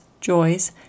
joys